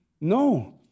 No